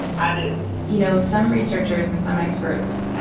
i do you know, some researchers and some experts,